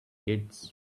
kids